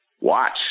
watch